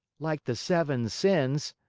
like the seven sins,